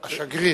השגריר,